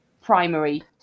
primary